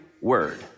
word